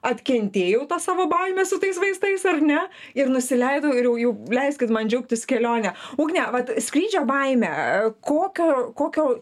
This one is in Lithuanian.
atkentėjau tą savo baimę su tais vaistais ar ne ir nusileidau ir jau jau leiskit man džiaugtis kelione ugne vat skrydžio baimė kokio kokio